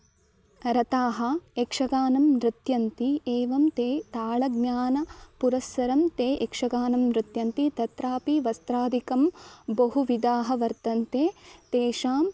रताः यक्षगानं नृत्यन्ति एवं ते तालज्ञानं पुरस्सरं ते यक्षगानं नृत्यन्ति तत्रापि वस्त्रादिकं बहुविधाः वर्तन्ते तेषाम्